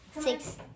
six